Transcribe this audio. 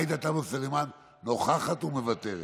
עאידה תומא סלימאן, נוכחת ומוותרת.